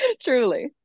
Truly